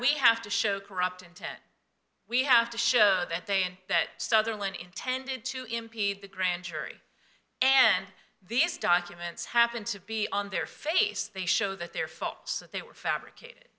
we have to show corrupt intent we have to show that they in that sutherland intended to impede the grand jury and these documents happened to be on their face they show that they're faults that they were fabricated